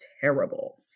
terrible